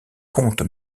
compte